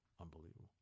unbelievable